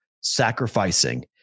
sacrificing